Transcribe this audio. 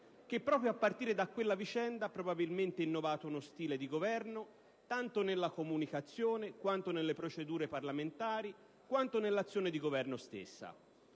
che proprio a partire da quella vicenda ha probabilmente innovato uno stile di Governo, tanto nella comunicazione, quanto nelle procedure parlamentari, quanto nell'azione di Governo stessa.